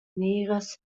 neras